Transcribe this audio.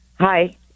hi